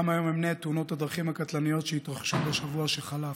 גם היום אמנה את תאונות הדרכים הקטלניות שהתרחשו בשבוע שחלף.